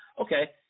Okay